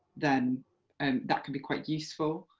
then and that can be quite useful,